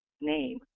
name